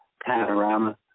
panorama